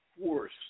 force